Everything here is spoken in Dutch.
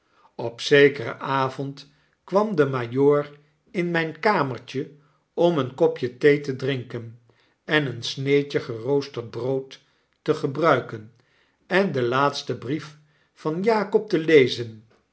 op zekeren avond kwam de majoor in mijn kamertje om een kopje thee te drinken en een sneedje geroosterd brood te gebruiken en den laatsten brief van jakob te lezen